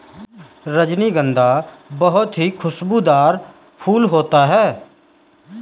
रजनीगंधा बहुत ही खुशबूदार फूल होता है